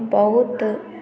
बहुत